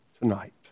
tonight